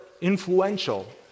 influential